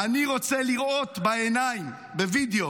אני רוצה לראות בעיניים, בווידאו,